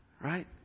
Right